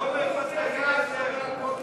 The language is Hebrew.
אנחנו נצביע הצבעה אלקטרונית